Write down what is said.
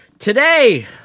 Today